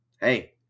Hey